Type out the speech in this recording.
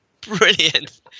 Brilliant